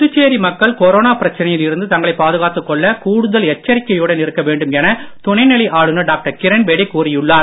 Puducherry corona பிரச்சனையில் இருந்து தங்களைப் பாதுகாத்துக் கொள்ள கூடுதல் எச்சரிக்கையுடன் இருக்க வேண்டும் என துணைநிலை ஆளுநர் டாக்டர் கிரண்பேடி கூறியுள்ளார்